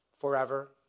forever